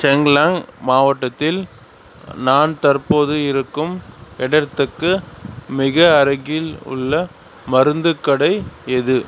சாங்குலாங் மாவட்டத்தில் நான் தற்போது இருக்கும் இடத்துக்கு மிக அருகில் உள்ள மருந்துக் கடை எது